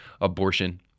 abortion